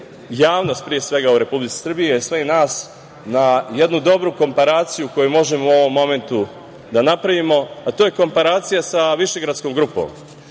javnost u Republici Srbiji i sve nas na jednu dobru komparaciju koju možemo u ovom momentu da napravimo, a to je komparacija sa Višegradskom grupom.